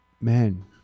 Man